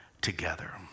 together